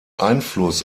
einfluss